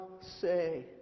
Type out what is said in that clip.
say